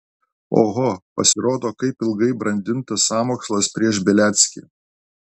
oho pasirodo kaip ilgai brandintas sąmokslas prieš beliackį